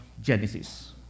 Genesis